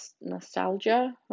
nostalgia